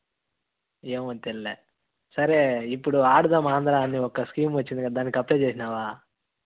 ఏమో తెలిల సరే ఇప్పుడు ఆడుదాం ఆంధ్ర అని ఒక స్కీమ్ వచ్చింది కదా దానికి అప్లై చేసినావా